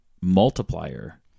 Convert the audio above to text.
multiplier